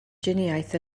driniaeth